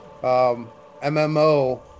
MMO